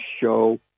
show